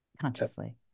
Consciously